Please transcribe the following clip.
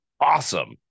awesome